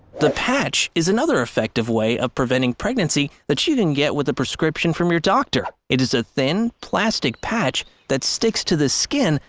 the patch is another effective way of preventing pregnancy that you can get with a prescription from your doctor. it is a thin plastic patch that sticks to the skin,